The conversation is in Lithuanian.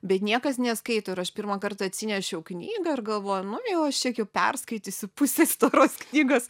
bet niekas neskaito ir aš pirmą kartą atsinešiau knygą ir galvoju nu jau aš čia perskaitysiu pusė storos knygos